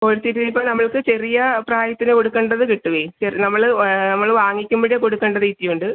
കോഴിത്തീറ്റ ഇപ്പോൾ നമുക്ക് ചെറിയ പ്രായത്തിന് കൊടുക്കേണ്ടത് കിട്ടുവേ ചെറിയ നമ്മൾ നമ്മൾ വാങ്ങിക്കുമ്പോൾ കൊടുക്കേണ്ട തീറ്റിയുണ്ട്